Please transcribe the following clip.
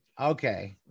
Okay